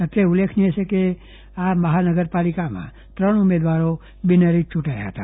અત્રે ઉલ્લેખનીય છે કે જૂનાગઢ મહાનગરપાલિકામાં ત્રણ ઉમેદવારો બિનહરીફ ચૂંટાયા હતા